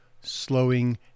slowing